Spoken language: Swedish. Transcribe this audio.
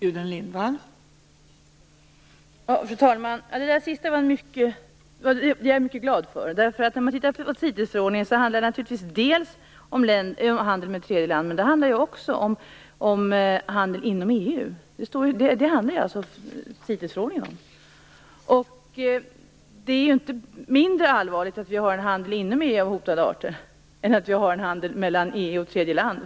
Fru talman! Det senaste blev jag mycket glad för. När man tittar på CITES-förordningen finner man att det handlar om handel med tredje land, men det handlar också om handel inom EU. Det är inte mindre allvarligt att vi har en handel med hotade arter inom EU än att vi har en sådan handel mellan EU och tredje land.